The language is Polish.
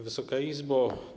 Wysoka Izbo!